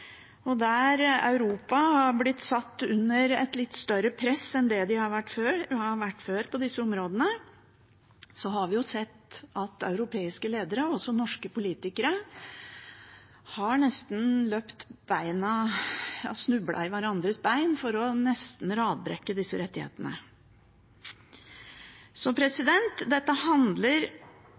der Europa er blitt satt under et litt større press enn de har vært i før på disse områdene, har vi sett at europeiske ledere, og også norske politikere, har løpt og nesten snublet i hverandres bein for å radbrekke disse rettighetene. Dette handler fundamentalt sett om statens plikter overfor mennesker på flukt, men det handler